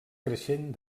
creixent